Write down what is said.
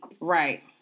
Right